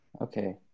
Okay